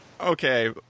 Okay